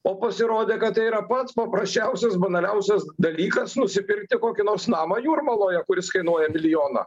o pasirodė kad tai yra pats paprasčiausias banaliausias dalykas nusipirkti kokį nors namą jūrmaloje kuris kainuoja milijoną